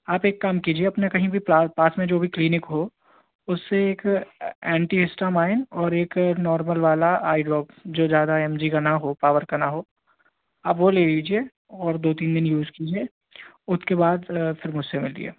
आप एक काम कीजिए अपने कहीं भी पा पास में जो भी क्लिनिक हो उससे एक ए एंटी इस्ट्रामाइन और एक नॉर्मल वाला आई ड्रॉप जो ज्यादा एम जी का न हो पावर का न हो आप वो ले लीजिए और दो तीन दिन यूज़ कीजिए उतके बाद फिर मुझसे मिलिए